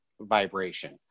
vibration